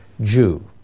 Jew